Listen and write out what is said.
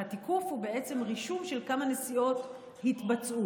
התיקוף הוא בעצם רישום של מספר הנסיעות שהתבצעו,